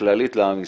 הכללית לעם ישראל.